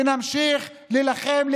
ונמשיך להילחם,